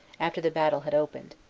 after the battle had opened.